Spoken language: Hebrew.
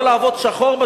לא לעבוד "שחור",